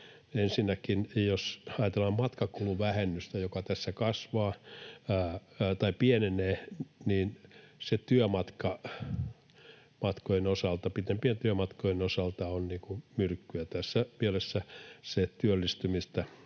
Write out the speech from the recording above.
Ensinnäkin, jos ajatellaan matkakuluvähennystä, joka tässä pienenee, niin pitempien työmatkojen osalta se on myrkkyä. Tässä mielessä se työllistymistä